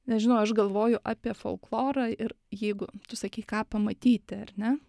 nežinau aš galvoju apie folklorą ir jeigu tu sakei ką pamatyti ar ne